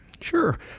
sure